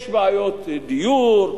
יש בעיות דיור,